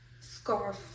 scarf